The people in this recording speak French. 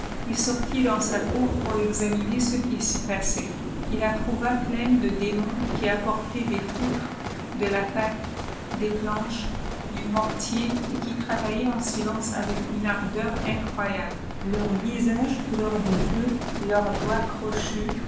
il sortit dans sa cour pmr ëxtoaiûer cê qui s'y payait il la trouva pleine de démons hpporttie des poutres de la paille des phinches du mor taer et cpil tratailttient ï silence avec une ardeur incroyable imù tisjeft omixmr de léu leurs doigts crochus